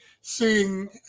seeing